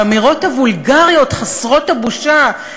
האמירות הוולגריות חסרות הבושה.